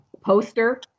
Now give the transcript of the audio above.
poster